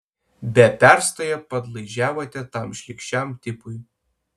be perstojo padlaižiavote tam šlykščiam tipui